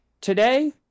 today